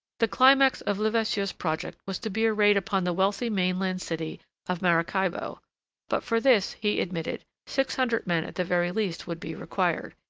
the climax of levasseur's project was to be a raid upon the wealthy mainland city of maracaybo but for this, he admitted, six hundred men at the very least would be required,